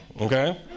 Okay